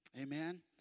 Amen